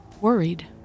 Worried